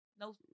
no